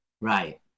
Right